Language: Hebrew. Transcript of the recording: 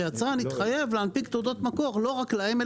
שהיצרן יתחייב להנפיק תעודות מקור לא רק להם,